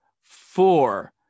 four